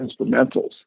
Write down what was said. instrumentals